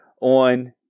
on